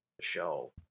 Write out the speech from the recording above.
show